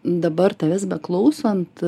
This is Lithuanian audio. dabar tavęs beklausant